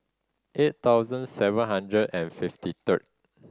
eight thousand seven hundred and fifty third